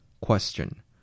Question